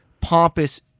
pompous